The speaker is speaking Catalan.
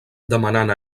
demanant